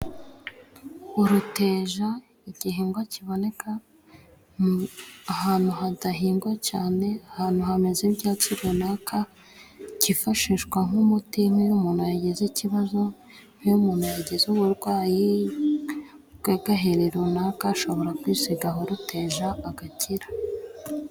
Uruteja igihingwa kiboneka ahantu hadahingwa cane, ahantu hameze ibyatsi runaka cyifashishwa nk'umuti nk'iyo umuntu yagize ikibazo, nk' iyo umuntu yagize uburwayi bw'agaheri runaka ashobora kwisigaho uruteja agakira.